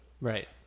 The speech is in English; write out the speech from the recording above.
Right